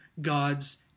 God's